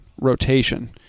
rotation